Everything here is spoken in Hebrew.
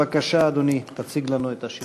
בבקשה, אדוני, תציג לנו את ההודעה.